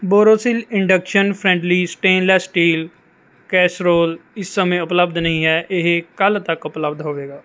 Borosil induction friendly stainless steel casserole ਇਸ ਸਮੇਂ ਉਪਲਬਧ ਨਹੀਂ ਹੈ ਇਹ ਕੱਲ੍ਹ ਤੱਕ ਉਪਲਬਧ ਹੋਵੇਗਾ